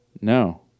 No